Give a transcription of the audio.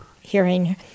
hearing